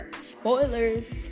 Spoilers